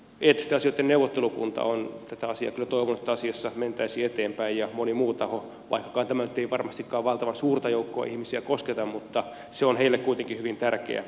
eettisten asioitten neuvottelukunta on tämän asian suhteen kyllä toivonut että asiassa mentäisiin eteenpäin ja moni muu taho vaikkakaan tämä nyt ei varmastikaan valtavan suurta joukkoa ihmisiä kosketa mutta se on heille kuitenkin hyvin tärkeä asia